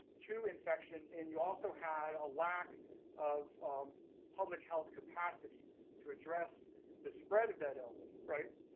to infection and you also had a lack of public health capacity to address the spread of that illness. right.